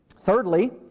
Thirdly